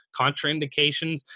contraindications